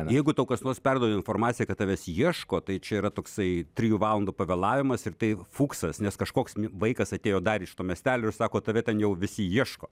jeigu tau kas nors perduoda informaciją kad tavęs ieško tai čia yra toksai trijų valandų pavėlavimas ir tai fuksas nes kažkoks vaikas atėjo dar iš to miestelio sako tave ten jau visi ieško